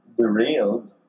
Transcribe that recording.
derailed